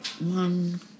One